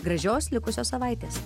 gražios likusios savaitės